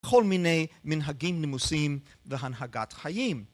כל מיני מנהגים נימוסים והנהגת חיים.